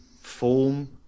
form